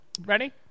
Ready